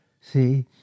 See